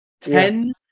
Ten